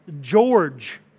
George